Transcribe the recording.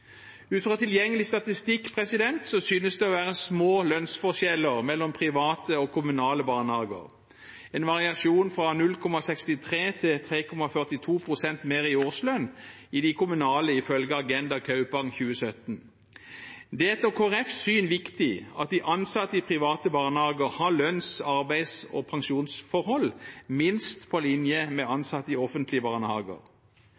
Ut fra tilgjengelig statistikk synes det å være små lønnsforskjeller mellom private og kommunale barnehager – en variasjon fra 0,63 til 3,42 pst. mer i årslønn i de kommunale, ifølge Agenda Kaupang i 2017. Det er etter Kristelig Folkepartis syn viktig at de ansatte i private barnehager har lønns-, arbeids- og pensjonsforhold minst på linje med